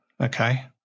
Okay